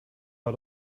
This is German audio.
war